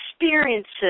experiences